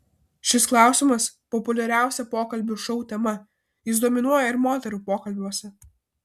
šis klausimas populiariausia pokalbių šou tema jis dominuoja ir moterų pokalbiuose